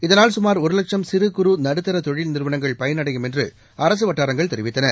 இதனால் சுமார் ஒரு லட்சும் சிறு குறு நடுத்தர தொழில் நிறுவனங்கள் பயனடையும் என்று அரசு வட்டாரங்கள் தெரிவித்தன